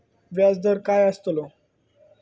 व्याज दर काय आस्तलो?